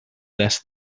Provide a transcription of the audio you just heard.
less